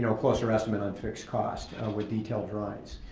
you know closer estimate on fixed costs with detailed drawings.